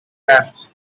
plans